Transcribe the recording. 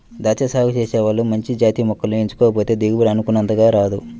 దాచ్చా సాగు చేసే వాళ్ళు మంచి జాతి మొక్కల్ని ఎంచుకోకపోతే దిగుబడి అనుకున్నంతగా రాదు